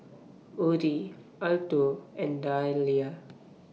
Orie Alto and Dalia